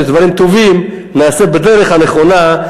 שדברים טובים נעשה בדרך הנכונה,